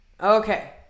okay